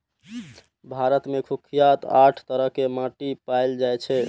भारत मे मुख्यतः आठ तरह के माटि पाएल जाए छै